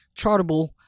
Chartable